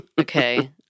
Okay